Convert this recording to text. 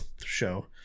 show